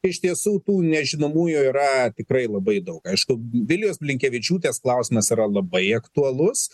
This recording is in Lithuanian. iš tiesų tų nežinomųjų yra tikrai labai daug aišku vilijos blinkevičiūtės klausimas yra labai aktualus